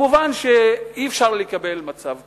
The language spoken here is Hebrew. מובן שאי-אפשר לקבל מצב כזה.